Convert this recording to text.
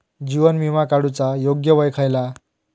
जीवन विमा काडूचा योग्य वय खयला?